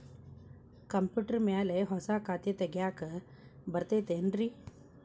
Computer ಮ್ಯಾಲೆ ಹೊಸಾ ಖಾತೆ ತಗ್ಯಾಕ್ ಬರತೈತಿ ಏನ್ರಿ?